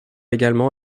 également